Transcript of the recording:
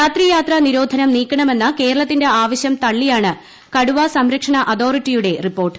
രാത്രി യാത്രാ നിരോധനം നീക്കണമെന്ന കേരളത്തിന്റെ ആവശ്യം തള്ളിയാണ് കടുവാ സംരക്ഷണ അതോറിറ്റിയുടെ റിപ്പോർട്ട്